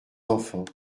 enfants